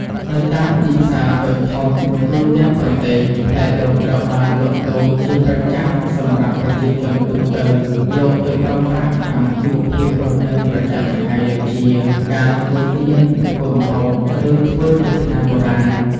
នៅតាមទីផ្សារតូចធំទូទាំងប្រទេស ផ្លែដូងត្រូវបានលក់ដូរជាប្រចាំសម្រាប់ប្រជាជនទូទៅយកទៅប្រើប្រាស់ក្នុងជីវភាពរស់នៅប្រចាំថ្ងៃដូចជា ការទទួលទាន ធ្វើម្ហូប ឬធ្វើជាថ្នាំបុរាណ។